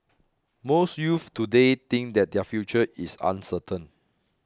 most youths today think that their future is uncertain